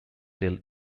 till